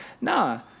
nah